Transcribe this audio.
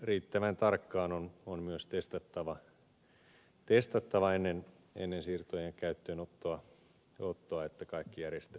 riittävän tarkkaan on myös testattava ennen siirtojen käyttöönottoa että kaikki järjestelmät toimivat